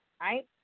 Right